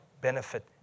benefit